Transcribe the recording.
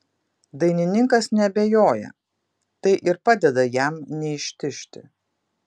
dainininkas neabejoja tai ir padeda jam neištižti